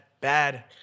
bad